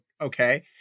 okay